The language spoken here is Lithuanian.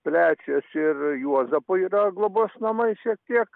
plečiasi ir juozapo yra globos namai šiek tiek